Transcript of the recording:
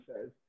says